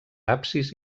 absis